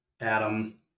adam